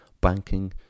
banking